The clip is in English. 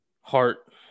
heart